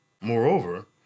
moreover